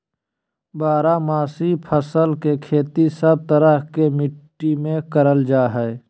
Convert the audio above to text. बारहमासी फसल के खेती सब तरह के मिट्टी मे करल जा हय